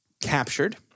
captured